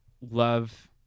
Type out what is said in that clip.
love